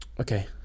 Okay